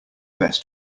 best